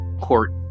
court